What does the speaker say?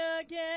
again